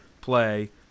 play